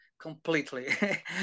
completely